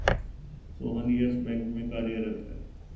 Sohan Yes Bank में कार्यरत है